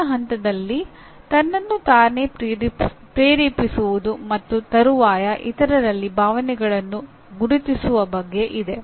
ಮುಂದಿನ ಹಂತದಲ್ಲಿ ತನ್ನನ್ನು ತಾನೇ ಪ್ರೇರೇಪಿಸುವುದು ಮತ್ತು ತರುವಾಯ ಇತರರಲ್ಲಿ ಭಾವನೆಗಳನ್ನು ಗುರುತಿಸುವ ಬಗ್ಗೆ ಇದೆ